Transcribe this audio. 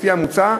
לפי המוצע,